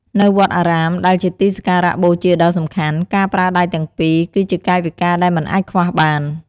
នៅវត្តអារាម ដែលជាទីសក្ការបូជាដ៏សំខាន់ ការប្រើដៃទាំងពីរ គឺជាកាយវិការដែលមិនអាចខ្វះបាន។